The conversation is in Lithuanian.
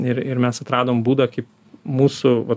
ir ir mes atradom būdą kaip mūsų va